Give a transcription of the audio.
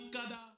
Kada